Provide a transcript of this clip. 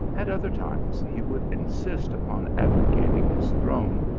at other times he would insist upon abdicating his throne,